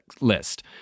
list